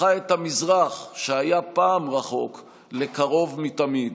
הפכה את המזרח שהיה פעם רחוק לקרוב מתמיד.